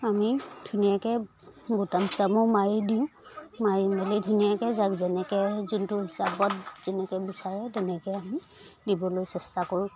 আমি ধুনীয়াকৈ বুটাম চুটামো মাৰি দিওঁ মাৰি মেলি ধুনীয়াকৈ যাক যেনেকৈ যোনটো হিচাপত যেনেকৈ বিচাৰে তেনেকৈ আমি দিবলৈ চেষ্টা কৰোঁ